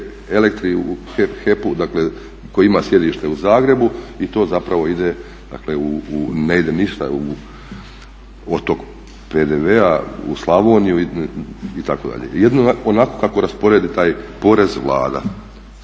elektri u HEP-u, dakle koji ima sjedište u Zagrebu i to zapravo ide, dakle ne ide ništa u otok PDV-a u Slavoniju itd.. Jedino onako kako rasporedi taj porez Vlada.